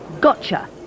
Gotcha